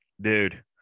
dude